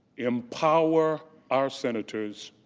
empower our senators,